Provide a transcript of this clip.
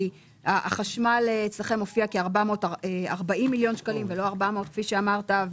כי החשמל אצלכם מופיע כ-440 מיליון שקלים ולא 400 כפי שאמרת,